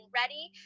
ready